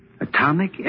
Atomic